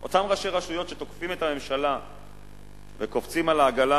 אותם ראשי רשויות שתוקפים את הממשלה וקופצים על העגלה